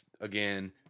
again